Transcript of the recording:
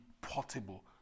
portable